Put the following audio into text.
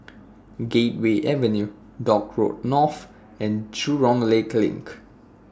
Gateway Avenue Dock Road North and Jurong Lake LINK